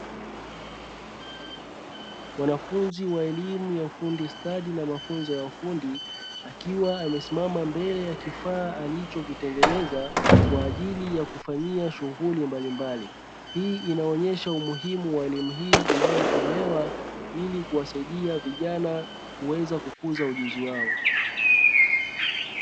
Mwanafunzi wa elimu ya ufundi stadi na mafunzo ya ufundi akiwa amesimama mbele ya kifaa alichokitengeneza kwa ajili ya kufanyia shughuli mbalimbali. Hii inaonyesha umuhimu wa elimu hii inayotolewa ilikuwasaidia vijana kuweza kukuza ujuzi wao.